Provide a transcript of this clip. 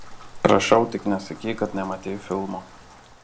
prašau tik nesakyk kad nematei filmo